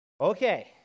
Okay